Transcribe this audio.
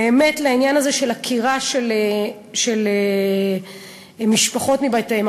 לעניין הזה של עקירה של משפחות מבתיהן.